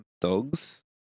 dogs